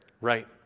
right